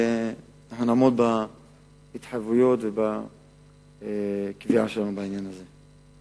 אנחנו נעמוד בהתחייבויות ובקביעה שלנו בעניין הזה.